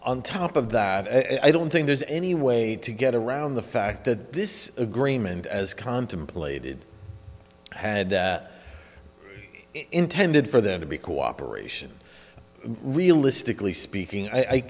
on top of that and i don't think there's any way to get around the fact that this agreement as contemplated had intended for there to be cooperation realistically speaking i